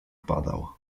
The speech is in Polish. padał